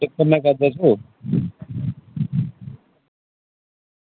एह् किस कम्में काजै च ओ